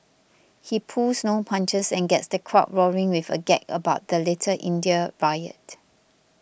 he pulls no punches and gets the crowd roaring with a gag about the Little India riot